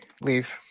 leave